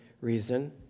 reason